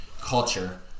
culture